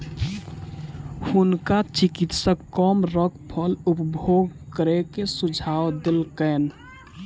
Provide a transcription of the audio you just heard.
हुनका चिकित्सक कमरख फल उपभोग करै के सुझाव देलकैन